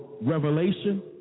revelation